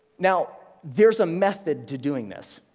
now, there's a method to doing this.